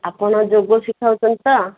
ଆପଣ ଯୋଗ ଶିଖାଉଛନ୍ତି ତ